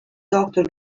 doctor